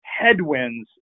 headwinds